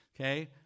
Okay